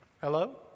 Hello